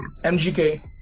MGK